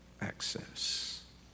access